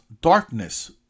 darkness